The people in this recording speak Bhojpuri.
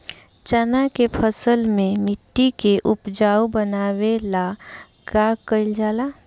चन्ना के फसल में मिट्टी के उपजाऊ बनावे ला का कइल जाला?